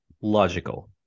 logical